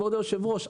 כבוד היושב-ראש,